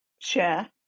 Share